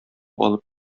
алып